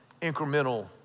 incremental